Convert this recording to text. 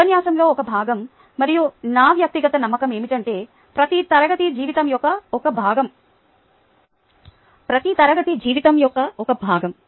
ఉపన్యాసంలో ఒక భాగం మరియు నా వ్యక్తిగత నమ్మకం ఏమిటంటే ప్రతి తరగతి జీవితం యొక్క ఒక భాగం